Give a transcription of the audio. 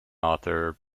author